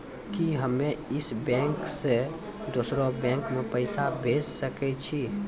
कि हम्मे इस बैंक सें दोसर बैंक मे पैसा भेज सकै छी?